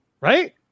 Right